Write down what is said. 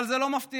אבל זה לא מפתיע,